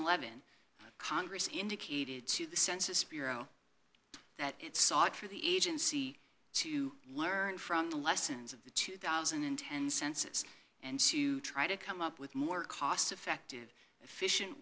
eleven congress indicated to the census bureau that it sought for the agency to learn from the lessons of the two thousand and ten census and to try to come up with more cost effective efficient